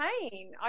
pain